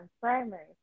Primary